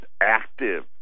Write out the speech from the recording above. active